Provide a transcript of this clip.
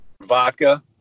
vodka